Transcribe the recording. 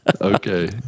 Okay